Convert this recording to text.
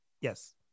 Yes